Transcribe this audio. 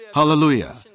Hallelujah